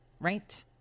Right